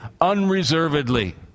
unreservedly